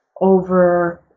over